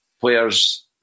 players